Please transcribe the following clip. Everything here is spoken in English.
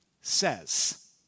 says